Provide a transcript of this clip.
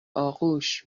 آغوش